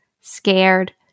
scared